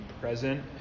present